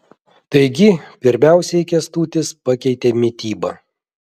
taigi pirmiausiai kęstutis pakeitė mitybą